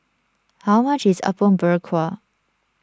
how much is Apom Berkuah